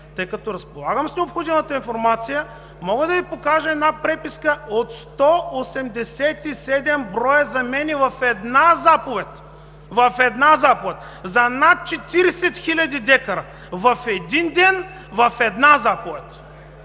тъй като разполагам с необходимата информация, мога да Ви покажа една преписка от 187 броя замени в една заповед за над 40 хил. декара! В един ден, в една заповед!